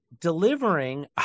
delivering